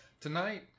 Tonight